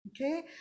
okay